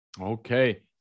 Okay